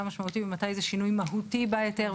משמעותי ומתי זה שינוי מהותי בהיתר,